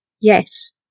Yes